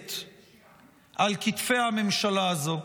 שרובצת על כתפי הממשלה הזו,